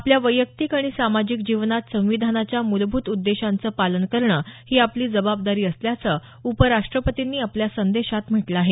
आपल्या वैयक्तिक आणि सामाजिक जिवनात संविधानाच्या मुलभूत उद्देशांचं पालन करणं ही आपली जबाबदारी असल्याचं उपराष्ट्रपतींनी आपल्या संदेशात म्हटलं आहे